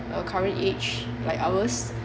uh current age like ours